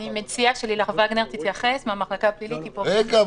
אני מציעה שלילך וגנר מהמחלקה הפלילית תתייחס --- רגע,